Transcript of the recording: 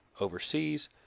overseas